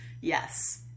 Yes